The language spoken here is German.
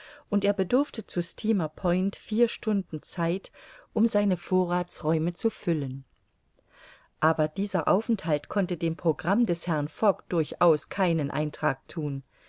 und er bedurfte zu steamer point vier stunden zeit um seine vorrathsräume zu füllen aber dieser aufenthalt konnte dem programm des herrn fogg durchaus keinen eintrag thun